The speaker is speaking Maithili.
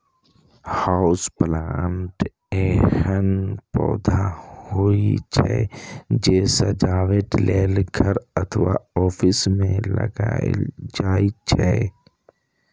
हाउस प्लांट एहन पौधा होइ छै, जे सजावट लेल घर अथवा ऑफिस मे लगाएल जाइ छै